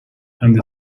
and